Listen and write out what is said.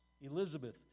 Elizabeth